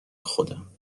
خودم